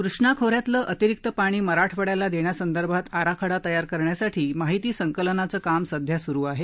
कृष्णा खोऱ्यातलं अतिरिक्त पाणी मराठवाङ्याला देण्यासंदर्भात आराखडा तयार करण्यासाठी माहिती संकलनाचं काम सध्या सुरू आहे